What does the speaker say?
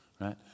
right